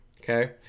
okay